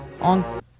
on